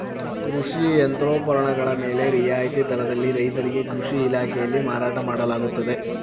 ಕೃಷಿ ಯಂತ್ರೋಪಕರಣಗಳ ಮೇಲೆ ರಿಯಾಯಿತಿ ದರದಲ್ಲಿ ರೈತರಿಗೆ ಕೃಷಿ ಇಲಾಖೆಯಲ್ಲಿ ಮಾರಾಟ ಮಾಡಲಾಗುತ್ತದೆ